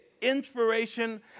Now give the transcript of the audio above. inspiration